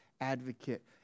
advocate